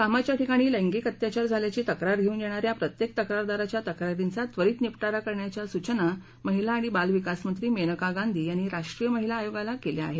कामाच्या ठिकाणी लैंगिक अत्याचार झाल्याची तक्रार घेऊन येणाऱ्या प्रत्येक तक्रारदाराच्या तक्रारींचा त्वरित निपटारा करण्याच्या महिला आणि बाल विकास मंत्री मेनका गांधी यांनी राष्ट्रीय महिला आयोगाला केल्या आहेत